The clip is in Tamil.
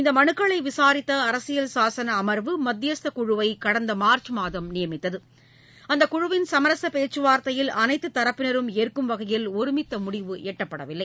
இந்த மலுக்களை விசாரித்த அரசியல் சாசன அம்வு மத்தியஸ்த குழுவை கடந்த மார்ச் மாதம் நியமித்தவ அந்த குழுவிள் சுமரச பேச்சுவார்த்தையில் அனைத்துதரப்பினரும் ஏற்கும்வகையில் ஒருமித்த ழுடிவு எட்டபடவில்லை